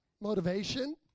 Motivation